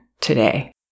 today